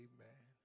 Amen